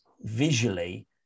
visually